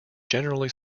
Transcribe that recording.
generally